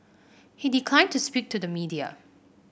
he declined to speak to the media